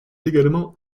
également